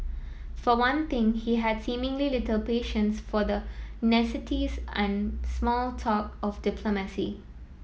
for one thing he had seemingly little patience for the niceties and small talk of diplomacy